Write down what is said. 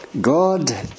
God